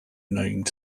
named